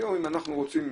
היום, אם אנחנו רוצים משרד,